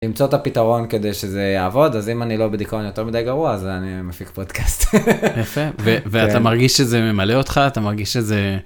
למצוא את הפתרון כדי שזה יעבוד אז אם אני לא בדיכאון יותר מדי גרוע אז אני מפיק פודקאסט.יפה, ואתה מרגיש שזה ממלא אותך? אתה מרגיש שזה